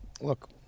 look